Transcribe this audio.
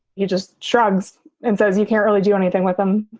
you just shrugs and says you can't really do anything with them